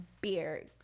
beer